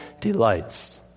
delights